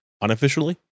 unofficially